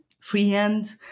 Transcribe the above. Freehand